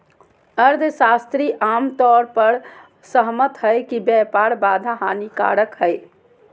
अर्थशास्त्री आम तौर पर सहमत हइ कि व्यापार बाधा हानिकारक हइ